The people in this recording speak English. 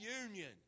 union